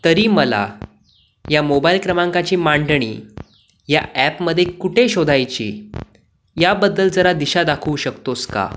तरी मला या मोबाईल क्रमांकाची मांडणी या अॅपमध्ये कुठे शोधायची याबद्दल जरा दिशा दाखवू शकतोस का